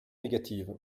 négative